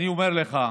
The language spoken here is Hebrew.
אני אומר לך,